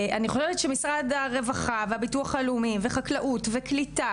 אני חושבת שמשרד הרווחה והביטוח הלאומי וחקלאות וקליטה